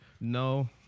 No